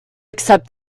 accept